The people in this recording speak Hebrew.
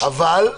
אבל,